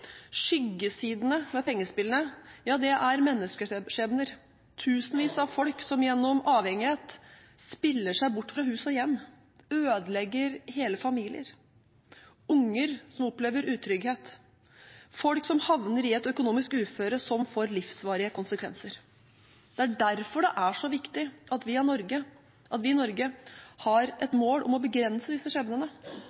Skyggesidene ved pengespillene er menneskeskjebner, tusenvis av folk som gjennom avhengighet spiller seg bort fra hus og hjem og ødelegger hele familier, unger som opplever utrygghet, og folk som havner i et økonomisk uføre som får livsvarige konsekvenser. Det er derfor det er så viktig at vi i Norge har et mål om å begrense disse skjebnene,